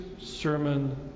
sermon